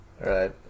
Right